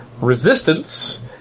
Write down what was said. Resistance